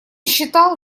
считал